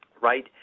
right